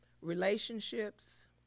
relationships